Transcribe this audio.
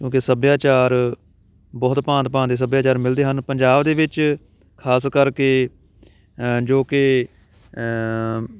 ਕਿਉਂਕਿ ਸੱਭਿਆਚਾਰ ਬਹੁਤ ਭਾਂਤ ਭਾਂਤ ਦੇ ਸੱਭਿਆਚਾਰ ਮਿਲਦੇ ਹਨ ਪੰਜਾਬ ਦੇ ਵਿੱਚ ਖਾਸ ਕਰਕੇ ਜੋ ਕਿ